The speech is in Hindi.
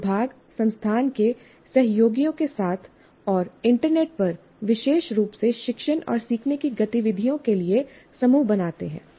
आप विभागसंस्थान के सहयोगियों के साथ और इंटरनेट पर विशेष रूप से शिक्षण और सीखने की गतिविधियों के लिए समूह बनाते हैं